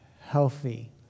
healthy